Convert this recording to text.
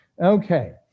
Okay